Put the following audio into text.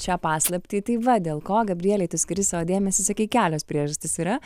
šią paslaptį tai va dėl ko gabrielei tu skiri savo dėmesį sakei kelios priežastys yra